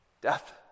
Death